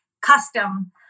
custom